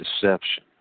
deception